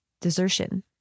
desertion